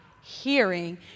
hearing